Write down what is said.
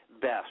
best